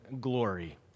glory